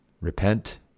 Repent